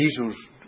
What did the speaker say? Jesus